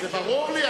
ברור לי.